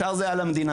השאר זה על המדינה.